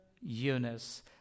Eunice